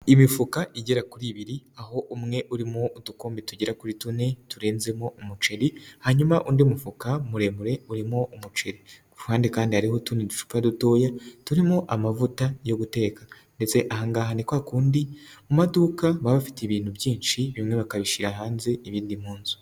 Imifuka igera kuri ibiri, aho umwe urimo udukombe, tugera kuri tune durenzemo umuceri. Hanyuma undi mufuka muremure urimo umuceri. Kuruhande kandi hariho utundi ducupa dutoya turimo amavuta yo guteka ndetse ahangaha nikwakundi mu maduka, baba bafite ibintu byinshi, bimwe bakabishyira hanze ibindi mu nzu.